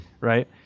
Right